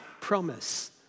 promise